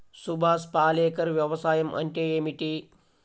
సుభాష్ పాలేకర్ వ్యవసాయం అంటే ఏమిటీ?